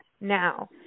now